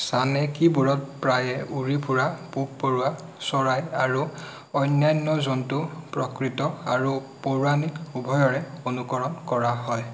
চানেকিবোৰত প্ৰায়ে উৰি ফুৰা পোক পৰুৱা চৰাই আৰু অন্যান্য জন্তু প্ৰকৃত আৰু পৌৰাণিক উভয়ৰে অনুকৰণ কৰা হয়